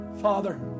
Father